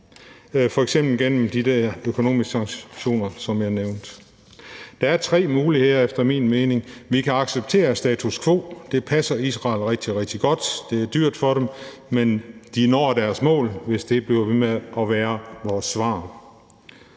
Der er efter min mening tre muligheder. Vi kan acceptere status quo. Det passer Israel rigtig, rigtig godt. Det er dyrt for dem, men de når deres mål, hvis det bliver ved med at være vores svar.